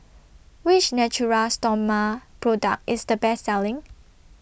Which Natura Stoma Product IS The Best Selling